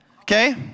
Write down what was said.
Okay